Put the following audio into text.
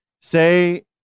say